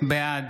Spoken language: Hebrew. בעד